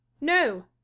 no